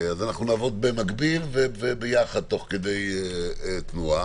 נעבוד במקביל וביחד, תוך כדי תנועה.